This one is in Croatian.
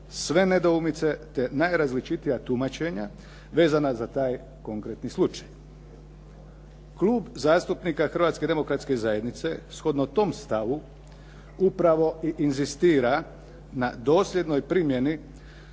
sve nedoumice, te najrazličitija tumačenja vezana za taj konkretni slučaj. Klub zastupnika Hrvatske demokratske zajednice shodno tom stavu upravo i inzistira na dosljednoj primjeni